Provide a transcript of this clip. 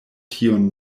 tiun